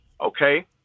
okay